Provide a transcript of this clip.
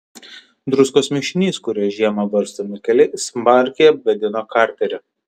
druskos mišinys kuriuo žiemą barstomi keliai smarkiai apgadino karterį